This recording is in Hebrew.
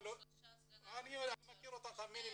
יש לנו שלושה סגני אלופים --- תאמיני לי